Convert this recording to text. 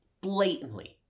blatantly